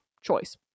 choice